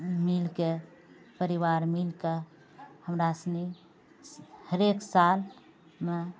मिलके परिवार मिलके हमरासनी हरेक सालमे